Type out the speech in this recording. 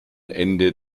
ende